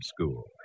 school